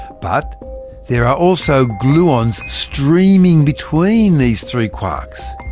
but there are also gluons streaming between these three quarks.